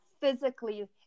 physically